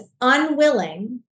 unwilling